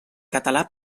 català